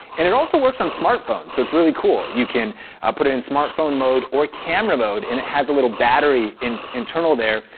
and it also works on smartphones, so it's really cool. you can put it in smartphone mode or camera mode and it has a little battery internal there,